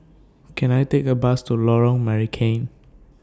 Can I Take A Bus to Lorong Marican